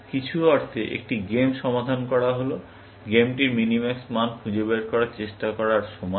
কিছু অর্থে একটি গেম সমাধান করা হল গেমটির মিনিম্যাক্স মান খুঁজে বের করার চেষ্টা করার সমান